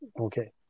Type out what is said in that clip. okay